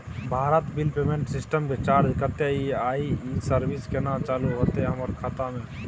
Bharat bill payment system के charge कत्ते इ आ इ सर्विस केना चालू होतै हमर खाता म?